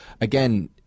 again